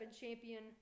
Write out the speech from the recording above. champion